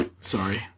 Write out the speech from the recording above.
Sorry